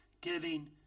Giving